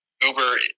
Uber